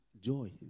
joy